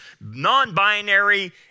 non-binary